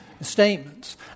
statements